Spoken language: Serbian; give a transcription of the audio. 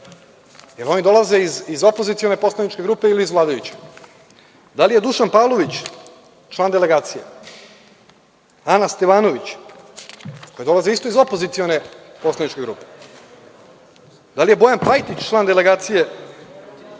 li oni dolaze iz opozicione poslaničke grupe ili iz vladajuće? Da li je Dušan Pavlović, član delegacije? Ana Stevanović koja dolazi isto iz opozicione poslaničke grupe? Da li je Bojan Pajtić član delegacije